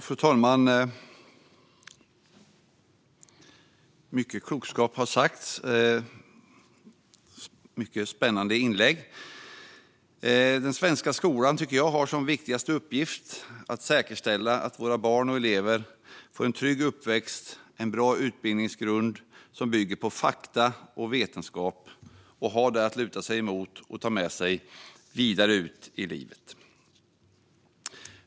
Fru talman! Det är mycket klokt som har sagts här. Det har varit många spännande inlägg. Den svenska skolan har som viktigaste uppgift att säkerställa att våra barn och elever får en trygg uppväxt och en bra utbildningsgrund som bygger på fakta och vetenskap att luta sig mot och ta med sig vidare ut i livet.